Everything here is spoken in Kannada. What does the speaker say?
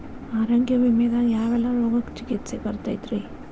ಆರೋಗ್ಯ ವಿಮೆದಾಗ ಯಾವೆಲ್ಲ ರೋಗಕ್ಕ ಚಿಕಿತ್ಸಿ ಬರ್ತೈತ್ರಿ?